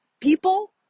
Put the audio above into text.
people